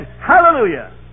Hallelujah